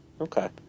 Okay